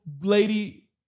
lady